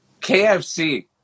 KFC